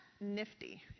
nifty